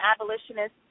abolitionist